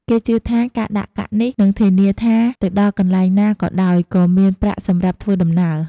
គេជឿថា ការដាក់កាក់នេះនឹថធានាថា ទៅដល់កន្លែងណាក៏ដោយក៏មានប្រាក់សម្រាប់ធ្វើដំណើរ។